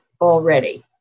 already